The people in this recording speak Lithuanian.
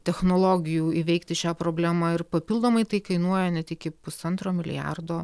technologijų įveikti šią problemą ir papildomai tai kainuoja net iki pusantro milijardo